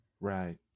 Right